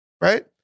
right